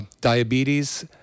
diabetes